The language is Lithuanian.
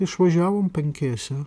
išvažiavom penkiese